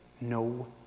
no